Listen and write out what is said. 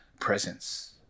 presence